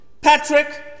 Patrick